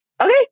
okay